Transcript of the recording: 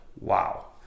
wow